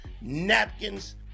napkins